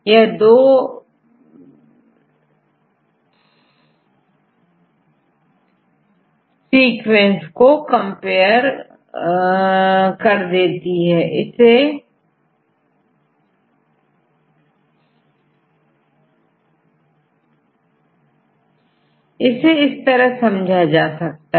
यह दो सीक्वेंस को कंपेयर कर देती है इसे इस तरह समझा जा सकता है